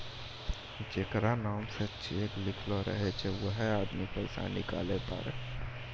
जेकरा नाम से चेक लिखलो रहै छै वैहै आदमी पैसा निकालै पारै